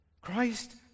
Christ